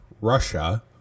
Russia